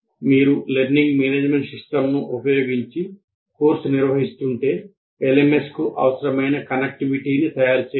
మీరు learning management సిస్టమ్ను ఉపయోగించి కోర్సు నిర్వహిస్తుంటే ఎల్ఎంఎస్కు అవసరమైన కనెక్టివిటీని తయారు చేయాలి